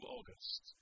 August